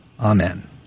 Amen